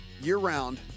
Year-round